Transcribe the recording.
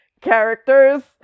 characters